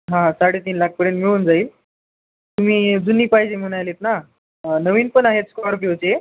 हां साडे तीन लाखपर्यंत मिळून जाईल तुम्ही जुनी पाहिजे म्हणालेत ना नवीन पण आहेत स्कॉर्पिओचे